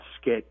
skit